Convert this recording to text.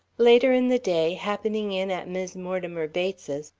later in the day, happening in at mis' mortimer bates's,